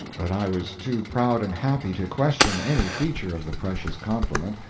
but i was too proud and happy to question any feature of the precious compliment,